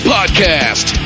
Podcast